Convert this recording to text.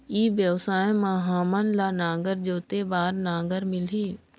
ई व्यवसाय मां हामन ला नागर जोते बार नागर मिलही?